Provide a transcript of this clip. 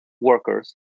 workers